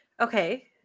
Okay